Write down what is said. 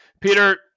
peter